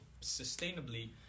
sustainably